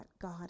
God